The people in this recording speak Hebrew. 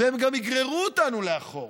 והם גם יגררו אותנו לאחור,